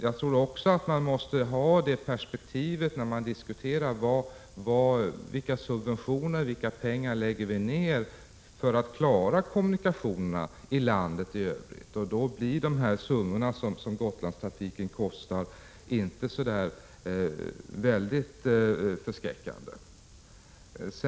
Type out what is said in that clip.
Jag tror att man måste ha det perspektivet, då man diskuterar vilka subventioner, vilka pengar vi lägger ner för att klara kommunikationerna i landet i övrigt. Då blir kostnaderna för Gotlandstrafiken inte så väldigt förskräckande.